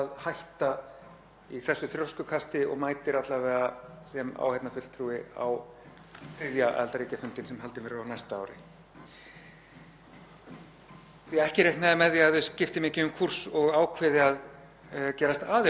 að ekki reikna ég með því að hún skipti um kúrs og ákveði að gerast aðili að þessum samningi. Þó að ég haldi nú alltaf í vonina þá ætla ég ekki að setja mikinn pening á það í lottóinu.